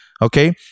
Okay